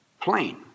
plain